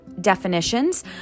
definitions